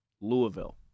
Louisville